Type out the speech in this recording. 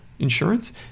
insurance